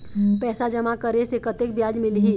पैसा जमा करे से कतेक ब्याज मिलही?